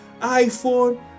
iPhone